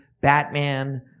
Batman